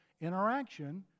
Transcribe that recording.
interaction